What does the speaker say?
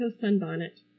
sunbonnet